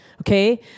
Okay